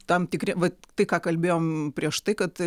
tam tikri va tai ką kalbėjom prieš tai kad